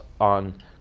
on